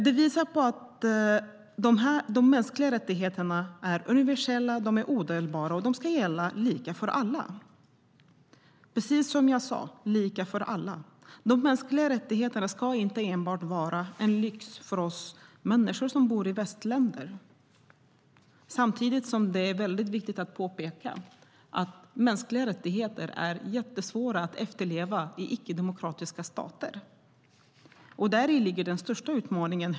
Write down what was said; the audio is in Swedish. Det visar att de mänskliga rättigheterna är universella, odelbara och ska gälla lika för alla. De mänskliga rättigheterna ska inte enbart vara en lyx för oss människor som bor i västländer. Samtidigt är det viktigt att påpeka att det är mycket svårt att efterleva kraven på mänskliga rättigheter i icke-demokratiska stater, och däri ligger den största utmaningen.